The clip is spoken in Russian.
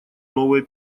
новые